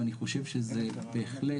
אבל אני חושב שזה בהחלט,